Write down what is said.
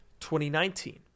2019